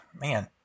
man